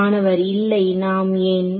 மாணவர் இல்லை நாம் ஏன்